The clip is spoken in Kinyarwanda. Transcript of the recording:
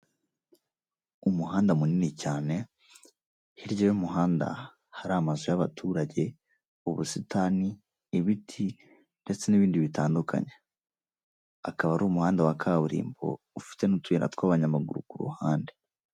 Umuhanda munini cyane, hirya y'umuhanda hari amazu y'abaturage, ubusitani, ibiti, ndetse n'ibindi bitandukanye. Akaba ari umuhanda wa kaburimbo, ufite n'utuyira tw'abanyamaguru ku ruhande.